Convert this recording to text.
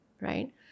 right